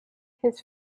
his